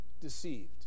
deceived